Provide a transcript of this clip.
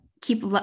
keep